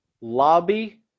lobby